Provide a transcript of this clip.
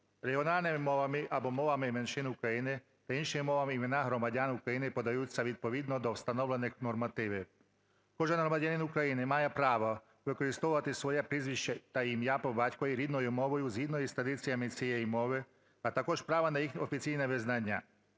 Регіональними мовами або мовами меншин України, та іншими мовами імена громадян України подаються відповідно до встановлених нормативів. Кожен громадянин України має право використовувати своє прізвище та ім'я (по батькові) рідною мовою згідно із традиціями цієї мови, а також право на їх офіційне визнання.